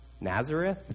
Nazareth